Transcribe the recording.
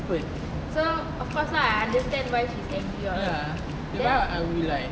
so of course lah I understand why she is angry lor then